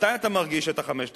מתי אתה מרגיש את ה-5,000?